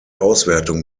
auswertung